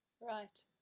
Right